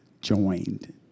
joined